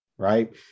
right